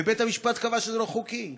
ובית-המשפט קבע שזה לא חוקי.